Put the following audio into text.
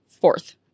fourth